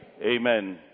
Amen